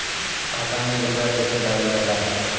खाता में रूपया कैसे डालाला?